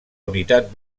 unitat